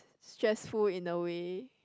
stressful in the way